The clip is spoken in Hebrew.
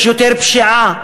יש יותר פשיעה,